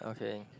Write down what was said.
okay